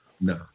No